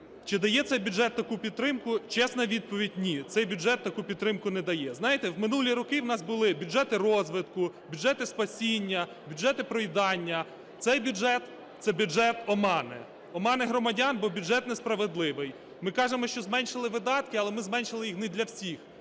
Чи дає цей бюджет таку підтримку? Чесна відповідь – ні, цей бюджет таку підтримку не дає. Знаєте, в минулі роки у нас були бюджети розвитку, бюджети спасіння, бюджети проїдання. Цей бюджет – це бюджет омани. Омани громадян, бо бюджет несправедливий. Ми кажемо, що зменшили видатки, але ми зменшили їх не для всіх.